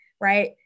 right